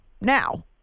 now